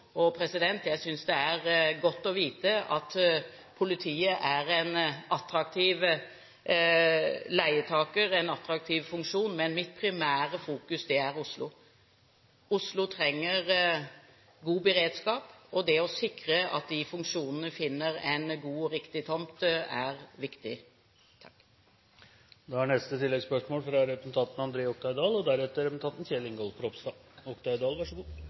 Jeg synes det er godt å vite at politiet er en attraktiv leietaker, en attraktiv funksjon, men mitt primære fokus er Oslo. Oslo trenger god beredskap, og det å sikre at de funksjonene finner en god og riktig tomt, er viktig. André Oktay Dahl – til oppfølgingsspørsmål. Høyre har to klare forutsetninger: at senteret etableres på faglig grunnlag og